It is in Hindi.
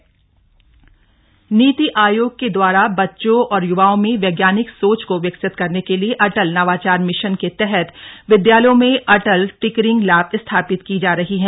अटल टिंकरिंग लैब नीति आयोग के द्वारा बच्चों और युवाओं में वैज्ञानिक सोच को विकसित करने के लिए अटल नवाचार मिशन के तहत विद्यालयों में अटल टिंकरिंग लैब स्थापित की जा रही है